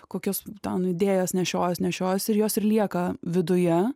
kokias ten idėjas nešiojuos nešiojuos ir jos ir lieka viduje